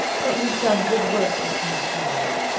but you've done good work this past year,